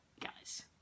Guys